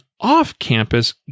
off-campus